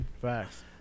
Facts